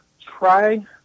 try